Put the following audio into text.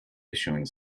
issuing